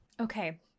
Okay